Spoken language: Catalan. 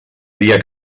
dia